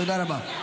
תודה רבה.